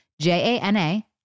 J-A-N-A